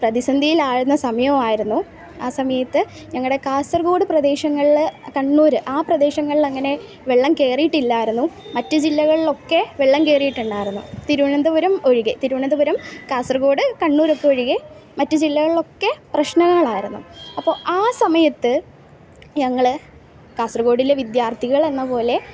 പ്രതിസന്ധിയിലായിരുന്ന സമയവുമായിരുന്നു ആ സമയത്ത് ഞങ്ങളുടെ കാസർഗോഡ് പ്രദേശങ്ങളിൽ കണ്ണൂർ ആ പ്രദേശങ്ങളിലങ്ങനെ വെള്ളം കയറിയിട്ടില്ലായിരുന്നു മറ്റ് ജില്ലകളിലൊക്കെ വെള്ളം കയറിയിട്ടുണ്ടായിരുന്നു തിരുവനന്തപുരം ഒഴികെ തിരുവനന്തപുരം കാസർഗോഡ് കണ്ണൂരക്കെ ഒഴികെ മറ്റ് ജില്ലകളിലൊക്കെ പ്രശ്നങ്ങളായിരുന്നു അപ്പോൾ ആ സമയത്ത് ഞങ്ങൾ കാസർഗോഡിലെ വിദ്യാർഥികളെന്ന പോലെ